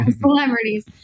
celebrities